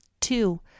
Two